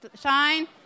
Shine